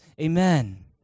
Amen